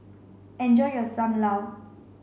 enjoy your Sam Lau